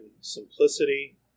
simplicity